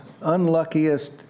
unluckiest